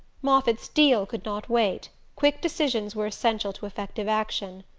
moffatt's deal could not wait quick decisions were essential to effective action,